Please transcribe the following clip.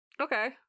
Okay